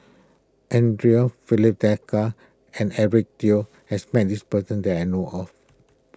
andre Filipe Desker and Eric Teo has met this person that I know of